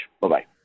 Bye-bye